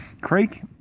creek